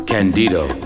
Candido